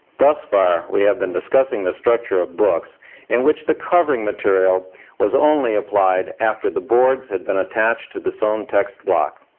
thus far, we have been discussing the structure of books in which the covering material was only applied after the boards had been attached to the sewn text block.